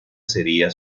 sería